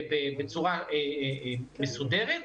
בצורה מסודרת,